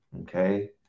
Okay